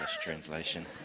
translation